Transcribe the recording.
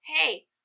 hey